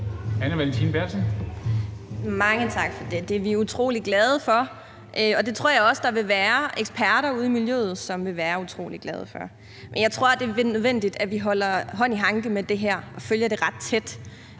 Mange tak for det. Det er vi utrolig glade for, og det tror jeg også der vil være eksperter ude i miljøet som vil være utrolig glade for. Men jeg tror, det er nødvendigt, at vi holder hånd i hanke med det her og følger det ret tæt.